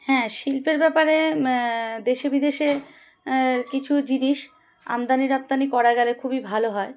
হ্যাঁ শিল্পের ব্যাপারে দেশে বিদেশে কিছু জিনিস আমদানি রপ্তানি করা গেলে খুবই ভালো হয়